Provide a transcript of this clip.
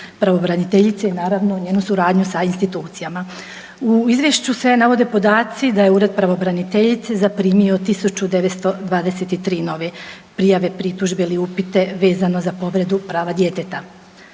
pravobraniteljice, naravno njenu suradnju sa institucijama. U Izvješću se navode podaci da je Ured pravobraniteljice zaprimio 1923 nove prijave, pritužbe ili upite vezano za povredu prava djeteta